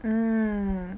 mm